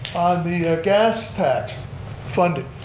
the gas tax funding.